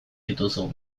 dituzu